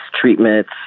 treatments